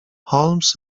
holmes